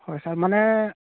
হয় ছাৰ মানে